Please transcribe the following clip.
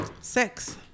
Six